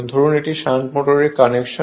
ধরুন এটি শান্ট মোটরের কানেকশন